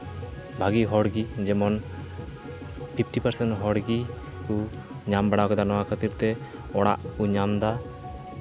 ᱵᱷᱟᱜᱮ ᱦᱚᱲᱜᱮ ᱡᱮᱢᱚᱱ ᱯᱷᱤᱯᱴᱤ ᱯᱟᱨᱥᱮᱱ ᱦᱚᱲ ᱜᱮᱠᱚ ᱧᱟᱢ ᱵᱟᱲᱟ ᱠᱟᱫᱟ ᱱᱚᱣᱟ ᱠᱷᱟᱹᱛᱤᱨ ᱛᱮ ᱚᱲᱟᱜ ᱠᱚ ᱧᱟᱢᱫᱟ